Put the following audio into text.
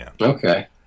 Okay